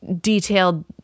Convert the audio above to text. detailed